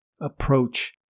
approach